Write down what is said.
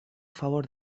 favor